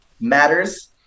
matters